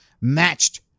matched